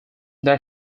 that